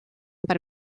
per